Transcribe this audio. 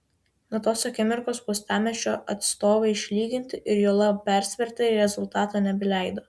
nuo tos akimirkos uostamiesčio atstovai išlyginti ir juolab persverti rezultato nebeleido